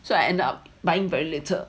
so I ended up buying very little